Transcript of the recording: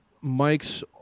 Mike's